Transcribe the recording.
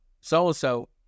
so-and-so